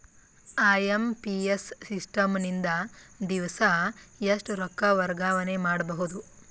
IMPS system ನಿಂದ ದಿವಸಾ ಎಷ್ಟ ರೊಕ್ಕ ವರ್ಗಾವಣೆ ಮಾಡಬಹುದು?